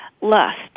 lust